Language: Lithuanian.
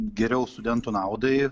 geriau studentų naudai